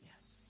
Yes